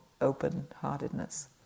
open-heartedness